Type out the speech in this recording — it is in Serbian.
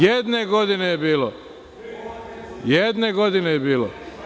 Jedne godine je bilo, Jedne godine je bilo.